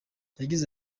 yagize